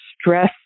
stress